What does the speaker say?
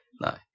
No